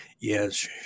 Yes